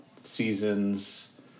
seasons